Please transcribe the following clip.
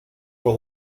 for